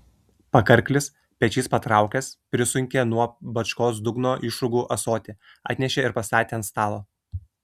pakarklis pečiais patraukęs prisunkė nuo bačkos dugno išrūgų ąsotį atnešė ir pastatė ant stalo